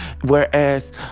Whereas